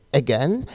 again